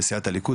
בסיעת הליכוד,